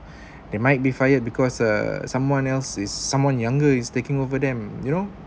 they might be fired because uh someone else is someone younger is taking over them you know